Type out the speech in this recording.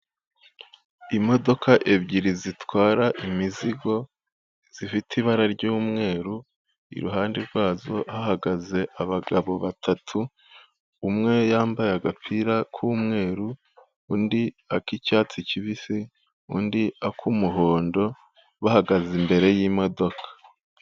Imodoka ebyiri zitwara imizigo zifite ibara ry'umweru iruhande rwazo hahagaze abagabo batatu umwe yambaye agapira k'umweru, undi ak'icyatsi kibisi undi ak'umuhondo bahagaze imbere y'imodoka.